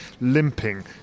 limping